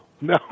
No